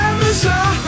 Amazon